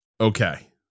okay